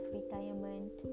retirement